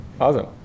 awesome